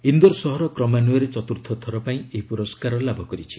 ଇନ୍ଦୋର ସହର କ୍ରମାନ୍ୱୟରେ ଚତୁର୍ଥ ଥର ପାଇଁ ଏହି ପୁରସ୍କାର ଲାଭ କରିଛି